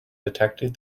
detected